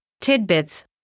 tidbits